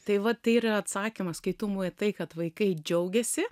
tai va tai yra atsakymaskai tu matai kad vaikai džiaugiasi